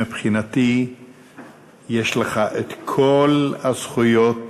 שמבחינתי יש לך כל הזכויות,